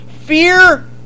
Fear